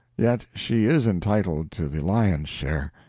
yet she is entitled to the lion's share.